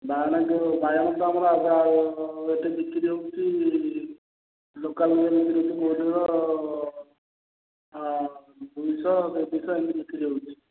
ବାଇଗଣ ତ ବାଇଗଣ ତ ଆମର ଅଲଗା ଏଇଠି ବିକ୍ରି ହେଉଛି ଲୋକାଲ୍ ଇଏରେ ବିକ୍ରି ପଡ଼ିବ ଦୁଇଶହ ତିନିଶହ ଏମିତି ବିକ୍ରି ହେଉଛି